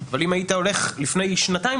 אבל אם היית הולך לבנק לפני שנתיים,